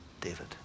David